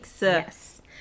Yes